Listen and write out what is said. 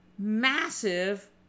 massive